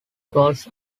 goals